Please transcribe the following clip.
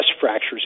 fractures